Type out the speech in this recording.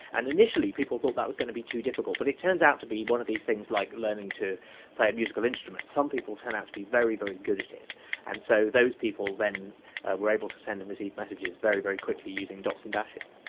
and initially people thought that was going to be too difficult, but it turns out to be one of these things like learning to play a musical instrument, some people turn out to be very, very good at it and so those people then were able to send and receive messages very, very quickly using dots and dashes.